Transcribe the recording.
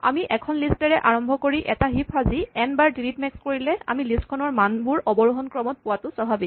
আমি এখন লিষ্টেৰে আৰম্ভ কৰি এটা হিপ সাজি এন বাৰ ডিলিট মেক্স কৰিলে আমি লিষ্টখনৰ মানবোৰ অৱৰোহন ক্ৰমত পোৱাটো স্বাভাৱিক